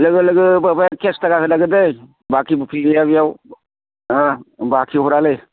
लोग लोगो माबाया केश थाखा होनांगोन दे बाखि बुखि गैया बेयाव ओह आं बाखि हरालै